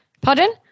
Pardon